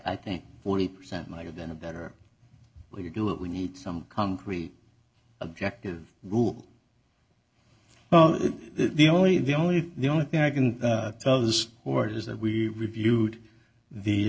i think forty percent might have been a better way to do it we need some concrete objective rule well the only the only the only thing i can tell this board is that we viewed the